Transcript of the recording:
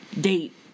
date